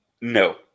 no